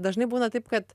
dažnai būna taip kad